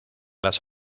las